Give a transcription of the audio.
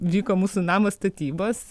vyko mūsų namo statybos